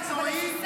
מקצועי,